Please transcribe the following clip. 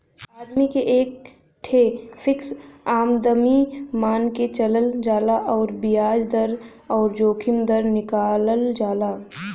आदमी के एक ठे फ़िक्स आमदमी मान के चलल जाला अउर बियाज दर अउर जोखिम दर निकालल जाला